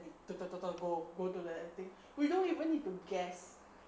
like go go to the thing we don't even need to guess